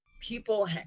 people